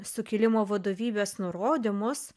sukilimo vadovybės nurodymus